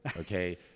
okay